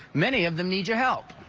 many of them need your help.